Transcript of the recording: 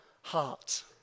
heart